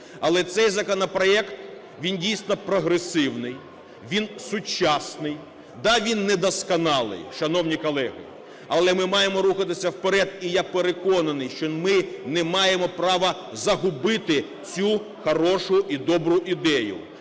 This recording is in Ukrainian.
Але цей законопроект, він, дійсно, прогресивний, він сучасний. Так, він не досконалий. Шановні колеги, але ми маємо рухатися вперед. І я переконаний, що ми не маємо права загубити цю хорошу і добру ідею.